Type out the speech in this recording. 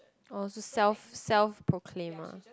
oh so self self proclaim ah